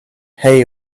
hay